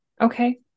Okay